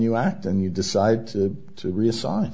you act and you decide to resign